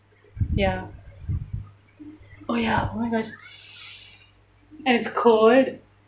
ya oh ya oh my gosh and it's cold